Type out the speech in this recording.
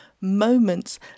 moments